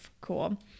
cool